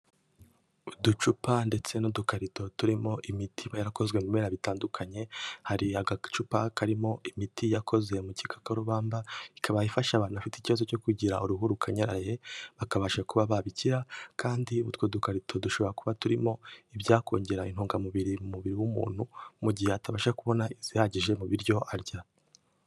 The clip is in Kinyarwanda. Uducupa ndetse n'udukarito turimo imiti iba yarakozwe mumera bitandukanye, hari agacupa karimo imiti yakozwe mu gikakarubamba, ikaba ifasha abantu bafite ikibazo cyo kugira uruhu rukanyaraye bakabasha kuba babikira, kandi utwo dukarito dushobora kuba turimo ibyakongera intungamubiri mu mubiri w'umuntu, mu gihe atabasha kubona ibihagije mu biryo arya.